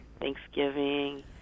Thanksgiving